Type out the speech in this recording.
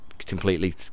completely